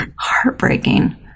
Heartbreaking